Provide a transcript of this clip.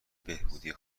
بهبودی